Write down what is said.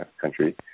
country